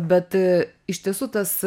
bet iš tiesų tas